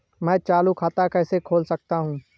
मैं चालू खाता कैसे खोल सकता हूँ?